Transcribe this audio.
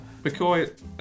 McCoy